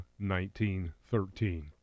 1913